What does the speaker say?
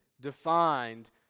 defined